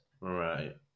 Right